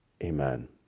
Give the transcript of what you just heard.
Amen